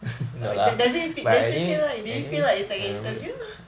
uh does it feel does it feel like do you feel like it's like an interview